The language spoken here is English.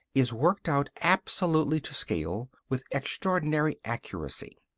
is worked out absolutely to scale, with extraordinary accuracy.